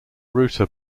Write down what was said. router